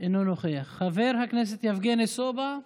אינו נוכח, חבר הכנסת יבגני סובה,